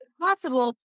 possible